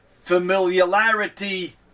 Familiarity